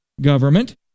Government